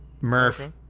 Murph